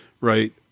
right